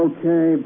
Okay